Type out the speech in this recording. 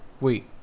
Wait